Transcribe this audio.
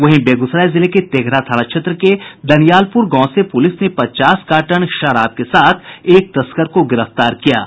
वहीं बेगूसराय जिले के तेघड़ा थाना क्षेत्र के दनियालपुर गांव से पुलिस ने पचास कार्टन शराब के साथ एक तस्कर को गिरफ्तार किया है